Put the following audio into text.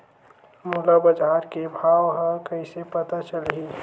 मोला बजार के भाव ह कइसे पता चलही?